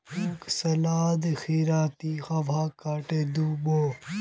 मोक सलादत खीरार तीखा भाग काटे दी बो